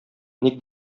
ник